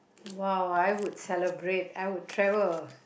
!wow! I would celebrate I would travel